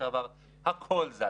וזה הכול.